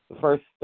first